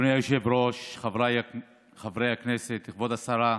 אדוני היושב-ראש, חבריי חברי הכנסת, כבוד השרה,